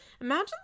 Imagine